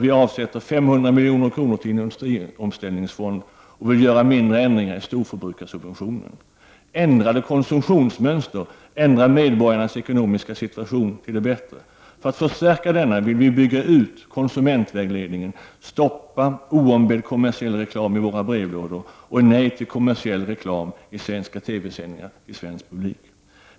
Vi avsätter 500 milj.kr. till en industriomställningsfond och vill göra mindre ändringar i storförbrukarsubventionen. Vi vill ändra konsumtionsmönster, ändra medborgarnas ekonomiska situation till det bättre. För att förstärka denna vill vi bygga ut konsumentvägledningen och stoppa oombedd kommersiell reklam i våra brevlådor. Vi säger nej till kommersiell reklam i svenska TV-sändningar till svensk publik.